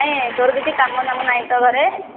ନାଇଁ ତୋର କିଛି କାମ ଦାମ ନାହିଁ ତ ଘରେ